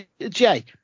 jay